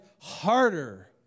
harder